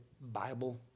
Bible